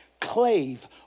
clave